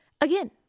Again